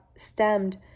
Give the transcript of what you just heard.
Stemmed